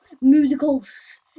musicals